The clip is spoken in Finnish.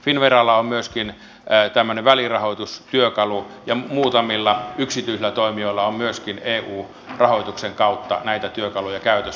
finnveralla on myöskin tämmöinen välirahoitustyökalu ja muutamilla yksityisillä toimijoilla on myöskin eu rahoituksen kautta näitä työkaluja käytössä